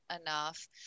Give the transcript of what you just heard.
enough